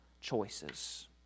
choices